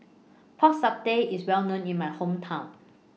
Pork Satay IS Well known in My Hometown